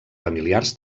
familiars